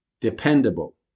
dependable